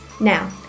Now